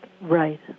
right